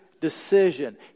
decision